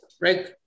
Right